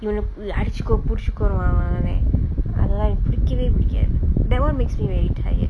you look அடிச்சிகோ புடிச்சிகோலா வாங்கலே அதலா எனக்கு புடிக்கவே புடிக்காது:adichiko pudichikola vaangkalee athalaa enakku pudikavee pudikkaathu that [one] makes me very tired